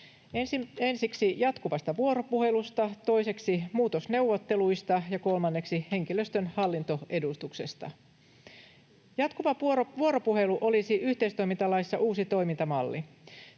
ensiksi jatkuvasta vuoropuhelusta, toiseksi muutosneuvotteluista ja kolmanneksi henkilöstön hallintoedustuksesta. Jatkuva vuoropuhelu olisi yhteistoimintalaissa uusi toimintamalli.